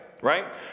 right